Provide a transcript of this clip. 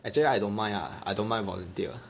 actually I don't mind lah I don't mind volunteer